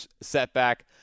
setback